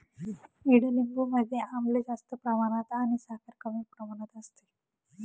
ईडलिंबू मध्ये आम्ल जास्त प्रमाणात आणि साखर कमी प्रमाणात असते